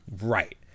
right